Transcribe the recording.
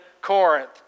Corinth